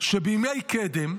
שבימי קדם,